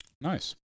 Nice